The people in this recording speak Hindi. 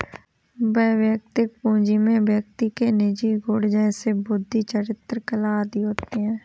वैयक्तिक पूंजी में व्यक्ति के निजी गुण जैसे बुद्धि, चरित्र, कला आदि होते हैं